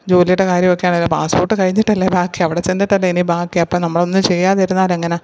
ജോലിയുടെ കാര്യമൊക്കെയാണ് പാസ്സ്പോർട്ട് കഴിഞ്ഞിട്ട് അല്ലേ ബാക്കി അവിടെ ചെന്നിട്ട് അല്ലേ ഇനി ബാക്കി അപ്പോൾ നമ്മൾ ഒന്ന് ചെയ്യാതിരുന്നാൽ എങ്ങനെയാണ്